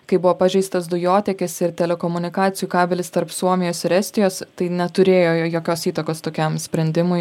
kai buvo pažeistas dujotiekis ir telekomunikacijų kabelis tarp suomijos ir estijos tai neturėjo jo jokios įtakos tokiam sprendimui